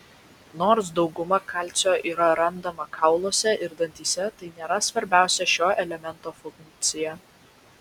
nors dauguma kalcio yra randama kauluose ir dantyse tai nėra svarbiausia šio elemento funkcija